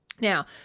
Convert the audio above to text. Now